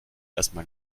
erstmal